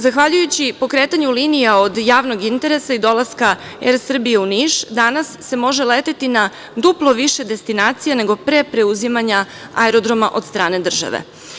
Zahvaljujući pokretanju linija od javnog interesa i dolaska ER Srbije u Niš, danas se može leteti na duplo više destinacija nego pre preuzimanja aerodroma od strane države.